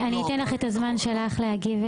אני אתן לך את הזמן שלך להגיב,